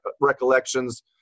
recollections